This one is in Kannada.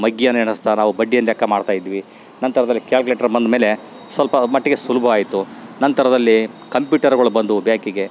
ಮಗ್ಗಿಯನ್ನು ಎಣಿಸ್ತಾ ನಾವು ಬಡ್ಡಿಯನ್ನು ಲೆಕ್ಕ ಮಾಡ್ತಾಯಿದ್ವಿ ನಂತರದಲ್ಲಿ ಕ್ಯಾಲ್ಕ್ಲೇಟ್ರ್ ಬಂದ್ಮೇಲೆ ಸ್ವಲ್ಪ ಮಟ್ಟಿಗೆ ಸುಲಭವಾಯ್ತು ನಂತರದಲ್ಲಿ ಕಂಪ್ಯೂಟರ್ಗಳು ಬಂದ್ವು ಬ್ಯಾಂಕಿಗೆ